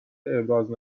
ابراز